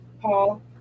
Paul